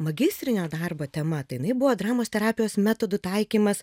magistrinio darbo tema tai jinai buvo dramos terapijos metodų taikymas